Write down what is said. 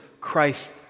Christ